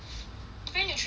very nutritious meh